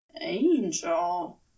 Angel